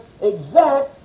exact